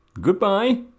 Goodbye